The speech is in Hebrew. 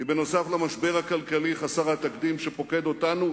כי נוסף על המשבר הכלכלי חסר התקדים הפוקד אותנו,